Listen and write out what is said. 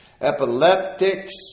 epileptics